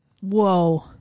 Whoa